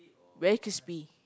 very crispy